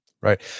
Right